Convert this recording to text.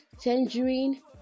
tangerine